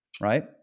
Right